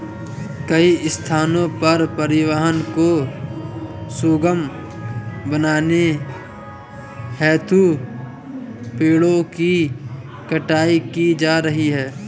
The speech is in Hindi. कई स्थानों पर परिवहन को सुगम बनाने हेतु पेड़ों की कटाई की जा रही है